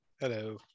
Hello